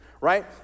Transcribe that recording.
right